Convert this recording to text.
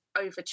Over